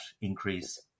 increase